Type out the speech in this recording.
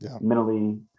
mentally